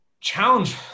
challenge